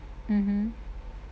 mmhmm